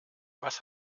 was